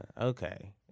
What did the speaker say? okay